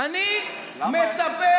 אני מצפה,